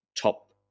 top